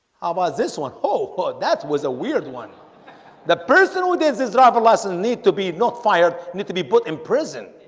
how about this one oh, that was a weird one the person who did this rather lessons need to be not fired need to be put in prison